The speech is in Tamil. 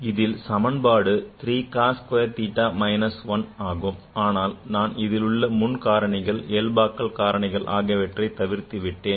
இதில் சமன்பாடு 3 cos square theta minus 1 ஆனால் நான் இதிலுள்ள முன் காரணிகள் இயல்பாக்கல் காரணிகள் ஆகியவற்றை தவிர்த்துவிட்டேன்